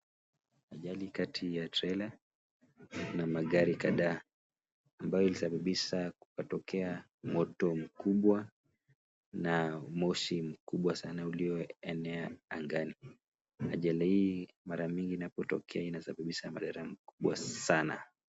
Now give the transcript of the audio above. Ajali kati ya trela na magari kadhaa ambayo imesababisha kukatokea moto mkubwa na moshi mkubwa sana ulioenea angani. Ajali hii mara mingi inapotokea inasababisha madhara mkubwa sana.